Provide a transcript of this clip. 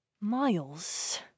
Miles